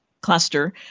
cluster